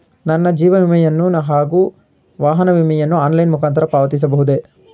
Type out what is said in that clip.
ನನ್ನ ಜೀವ ವಿಮೆಯನ್ನು ಹಾಗೂ ವಾಹನ ವಿಮೆಯನ್ನು ಆನ್ಲೈನ್ ಮುಖಾಂತರ ಪಾವತಿಸಬಹುದೇ?